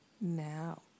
now